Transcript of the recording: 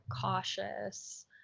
cautious